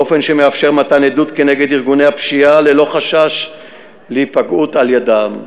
באופן שמאפשר מתן עדות כנגד ארגוני הפשיעה ללא חשש להיפגעות על-ידם.